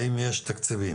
האם יש תקציבים